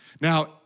Now